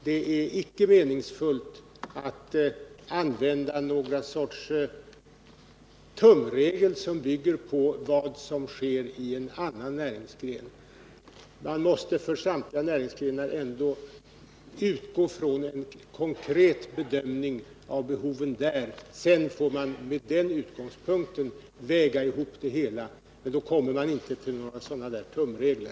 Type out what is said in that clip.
Det är inte meningsfullt att använda någon tumregel, som bygger på vad som sker i en annan näringsgren. Man måste för samtliga näringsgrenar utgå från en konkret bedömning av behovet där. Sedan får man med den utgångspunkten väga ihop det hela. Då kommer man inte till några tumregler.